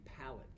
palette